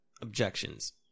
Objections